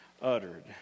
uttered